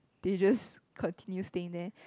they just continue staying there